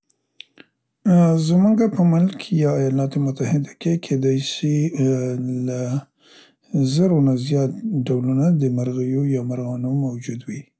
زمونګه په ملک یا ایالات متحده کې کیدای سي ی له زرو نه زیات ډولنه د مرغیو یا مرغانو موجود وي.